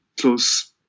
close